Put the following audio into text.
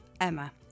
Emma